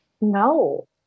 no